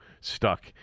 stuck